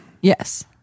yes